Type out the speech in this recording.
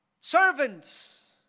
servants